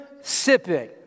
sipping